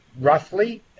roughly